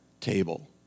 table